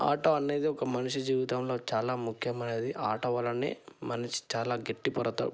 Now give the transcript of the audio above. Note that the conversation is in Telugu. ఆట అనేది ఒక మనిషి జీవితంలో చాలా ముఖ్యమైనది ఆట వలనే మనిషి చాలా గట్టి పడతాడు